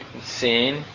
seen